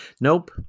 Nope